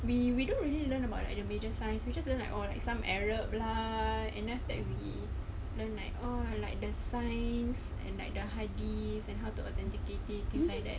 we we don't really learn about like the major signs we just learn like oh like some arab lah and then after that we learn like all like the signs and like the hadith and how to authenticity like that